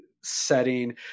setting